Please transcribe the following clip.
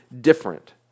different